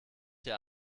hier